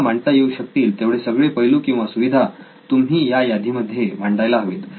तुम्हाला मांडता येऊ शकतील तेवढे सगळे पैलू किंवा सुविधा तुम्ही या यादीमध्ये मांडायला हवेत